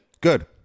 Good